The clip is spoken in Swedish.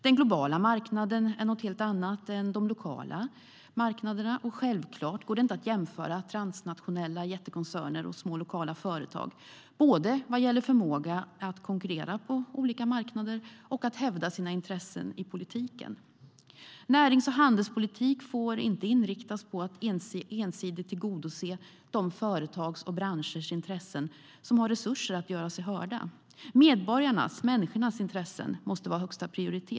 Den globala marknaden är något helt annat än de lokala marknaderna, och självklart går det inte att jämföra transnationella jättekoncerner och små lokala företag, varken när det gäller förmåga att konkurrera på olika marknader eller förmåga att hävda sina intressen i politiken. Närings och handelspolitik får inte inriktas på att ensidigt tillgodose de företags och branschers intressen som har resurser att göra sig hörda. Medborgarnas - människornas - intressen måste vara högsta prioritet.